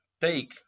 take